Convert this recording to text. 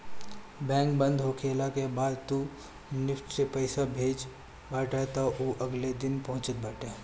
bank बंद होखला के बाद तू निफ्ट से पईसा भेजत बाटअ तअ उ अगिला दिने पहुँचत बाटे